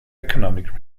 economic